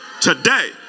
Today